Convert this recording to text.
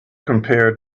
compare